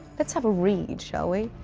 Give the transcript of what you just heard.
let's have a read, shall we?